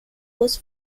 was